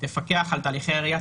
תפקח על תהליכי RIA,